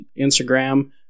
instagram